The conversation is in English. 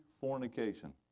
fornication